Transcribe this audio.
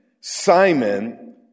Simon